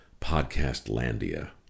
Podcastlandia